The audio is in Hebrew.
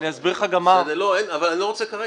אני אסביר לך מה --- אבל אני לא רוצה כרגע.